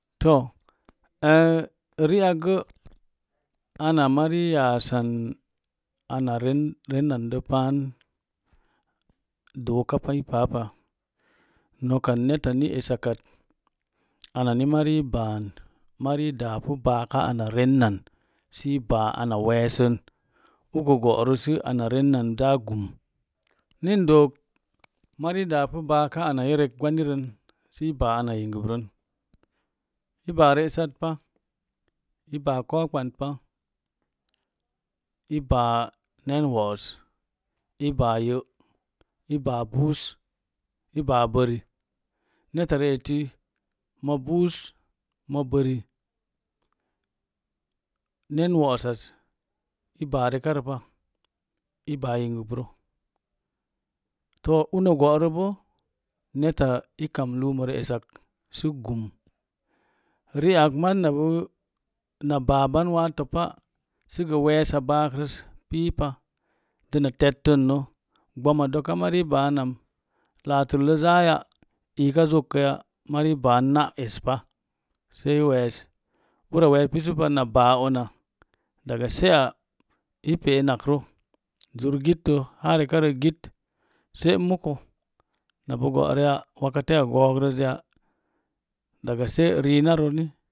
To riakgə ina mari yassau ana rennan də paan dooka pi paapa noka netta ni esakat anani mari baan mari daapu baaka ana rennan si baa ana wessən uko go'rə sə ana rennan zaa gum nin dook mari daa pu ana i rek gwanirən səi baa ana yingəprən i baa re'sat pa i baa kou ɓantpa i baa buus, i baa bəri, netarieti, moo buus moo bəri moo nen woosas i baa rekarəpa i baa yingəp rə to una go'robo neta i kam himorə esatsə gum ri'ak maz na baaban waa topa gə weesa baarəkrəs piipa dəna tetənnə ɓama doka mari baanam laatəllə zaya lika zokkəya mari ban na’ espa sai wees ura wees pisupa na baa una se'a, pe'ennakrə zurgittə haa rekarə git se’ mukə na bo go’ rəya wakato googrəzzəni daga se rina roni